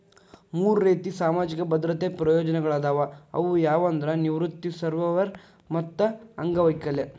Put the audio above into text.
ಮೂರ್ ರೇತಿ ಸಾಮಾಜಿಕ ಭದ್ರತೆ ಪ್ರಯೋಜನಗಳಾದವ ಅವು ಯಾವಂದ್ರ ನಿವೃತ್ತಿ ಸರ್ವ್ಯವರ್ ಮತ್ತ ಅಂಗವೈಕಲ್ಯ